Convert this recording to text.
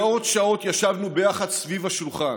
מאות שעות ישבנו ביחד סביב השולחן.